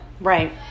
Right